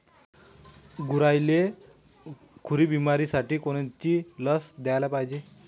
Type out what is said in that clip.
गुरांइले खुरी बिमारीसाठी कोनची लस द्याले पायजे?